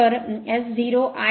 So S0 iS0